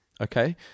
okay